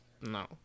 no